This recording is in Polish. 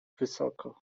wysoko